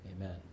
Amen